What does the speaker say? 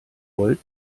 volt